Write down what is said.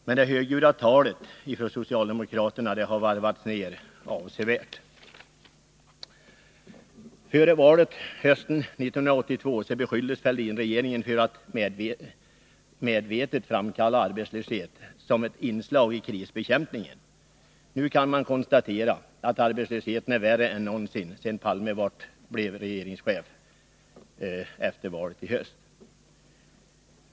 Men det högljudda talet från socialdemokraterna har varvats ned avsevärt. Före valet 1982 beskylldes Fälldinregeringen för att ”medvetet framkalla arbetslöshet” som ett inslag i krisbekämpningen. Nu kan man konstatera att arbetslösheten är värre än någonsin efter valet i höst, då Olof Palme blev regeringschef på nytt.